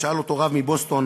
כי הוא עצלן.